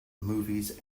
movies